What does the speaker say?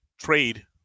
trade